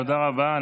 תודה רבה.